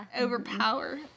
overpower